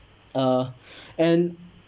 uh and